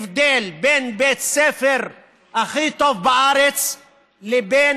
שאין הבדל בין בית הספר הכי טוב בארץ לבין